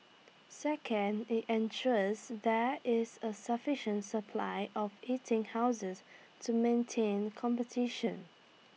second IT ensures there is A sufficient supply of eating houses to maintain competition